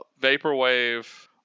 Vaporwave